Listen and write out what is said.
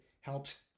helps